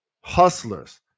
hustlers